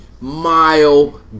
mile